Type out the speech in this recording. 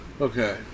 Okay